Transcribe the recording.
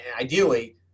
Ideally